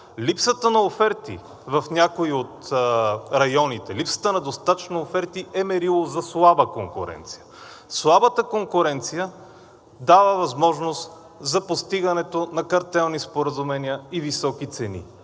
Липсата на оферти в някои от районите, липсата на достатъчно оферти, е мерило за слаба конкуренция. Слабата конкуренция дава възможност за постигането на картелни споразумения и високи цени.